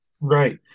Right